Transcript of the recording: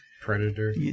Predator